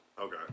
Okay